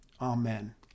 Amen